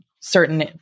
certain